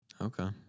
Okay